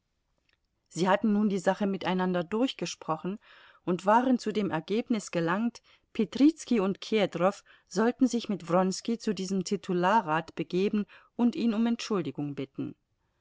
sie hatten nun die sache miteinander durchgesprochen und waren zu dem ergebnis gelangt petrizki und kedrow sollten sich mit wronski zu diesem titularrat begeben und ihn um entschuldigung bitten